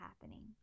happening